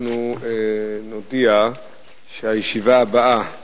אנחנו נודיע שהישיבה הבאה